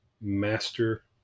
Master